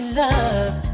love